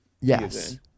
yes